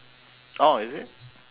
oh is it